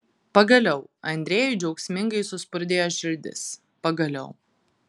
pagaliau andrejui džiaugsmingai suspurdėjo širdis pagaliau